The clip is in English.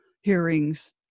hearings